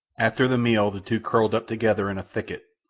after the meal the two curled up together in a thicket,